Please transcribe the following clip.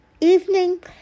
evening